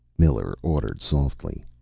miller ordered softly.